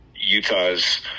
Utah's